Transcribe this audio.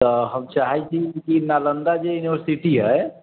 त हम चाहै छी की नालन्दा जे यूनिवर्सिटी है